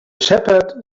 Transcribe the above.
shepherd